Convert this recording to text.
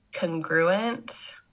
congruent